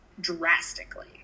drastically